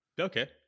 Okay